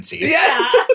Yes